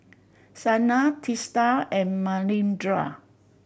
Saina Teesta and Manindra